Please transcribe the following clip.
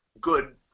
good